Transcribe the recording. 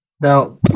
Now